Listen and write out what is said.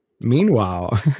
meanwhile